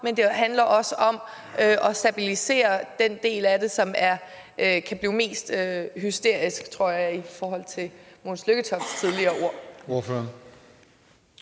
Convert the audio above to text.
men det handler også om at stabilisere den del af det, som kan blive mest hysterisk – som jeg tror var de ord, Mogens Lykketoft tidligere